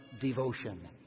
devotion